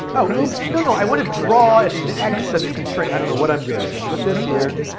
oh, oops, no, no, i want to draw at the x that's constraint, i don't know what i'm doing here, put this here,